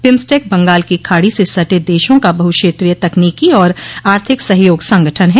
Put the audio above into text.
BIMSTEC Bengal की खाड़ी से सटे देशों का बहु क्षेत्रीय तकनीकी और आर्थिक सहयोग संगठन है